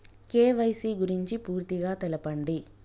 KYC గురించి పూర్తిగా తెలపండి?